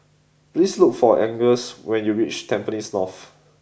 please look for Angus when you reach Tampines North